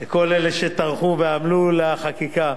לכל אלה שטרחו ועמלו על החקיקה.